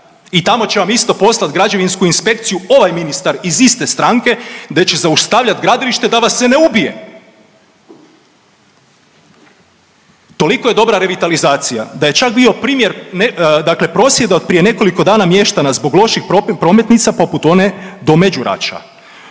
i tamo će vam isto poslati građevinsku inspekciju ovaj ministar iz iste stranke gdje će zaustavljat gradilište da vas se ne ubije. Toliko je dobra revitalizacija da će čak bio primjer, ne… dakle prosvjeda od prije nekoliko dana mještana zbog loših …/Govornik se ne razumije./…